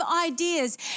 ideas